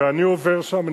ואני עובר שם,